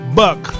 buck